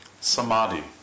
samadhi